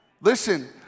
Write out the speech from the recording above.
Listen